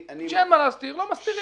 כשאין מה להסתיר, לא מסתירים.